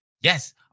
Yes